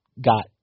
got